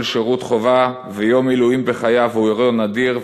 שירות חובה ויום מילואים בחייו הוא אירוע נדיר,